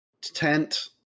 tent